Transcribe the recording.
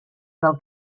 del